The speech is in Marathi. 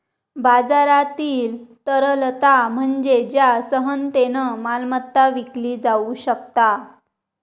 बाजारातील तरलता म्हणजे ज्या सहजतेन मालमत्ता विकली जाउ शकता